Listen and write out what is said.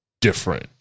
Different